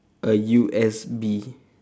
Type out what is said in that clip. A U_S_B